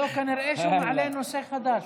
לא, כנראה שהוא מעלה נושא חדש.